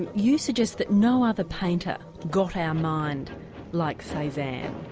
and you suggest that no other painter got our mind like cezanne,